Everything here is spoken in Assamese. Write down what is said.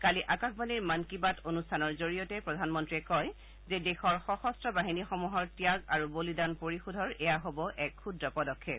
কালি আকাশবাণীৰ মন কী বাত অনুষ্ঠানৰ জৰিয়তে প্ৰধানমন্ত্ৰীয়ে কয় যে দেশৰ সশস্ত বাহিনীসমূহৰ ত্যাগ আৰু বলিদান পৰিশোধৰ এয়া হব এক ক্ষুদ্ৰ পদক্ষেপ